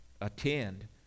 attend